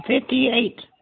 Fifty-eight